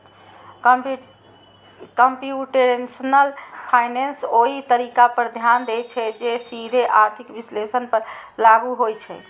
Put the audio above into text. computational finance ओइ तरीका पर ध्यान दै छै, जे सीधे आर्थिक विश्लेषण पर लागू होइ छै